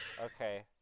Okay